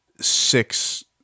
six